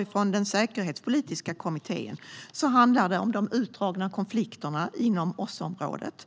I den säkerhetspolitiska kommittén handlar det om de utdragna konflikterna inom OSSE-området.